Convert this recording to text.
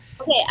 okay